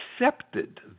accepted